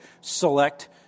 select